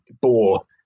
boar